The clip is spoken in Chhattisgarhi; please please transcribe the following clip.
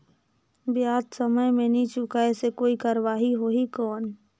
ब्याज समय मे नी चुकाय से कोई कार्रवाही होही कौन?